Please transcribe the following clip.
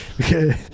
Okay